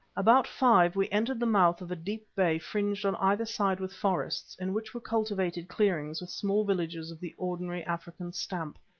about five we entered the mouth of a deep bay fringed on either side with forests, in which were cultivated clearings with small villages of the ordinary african stamp.